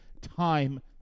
time